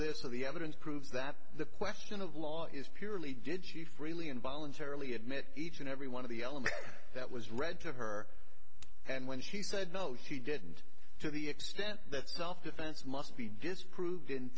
for the evidence proves that the question of law is purely did she freely and voluntarily admit each and every one of the elements that was read to her and when she said no she didn't to the extent that self defense must be disproved in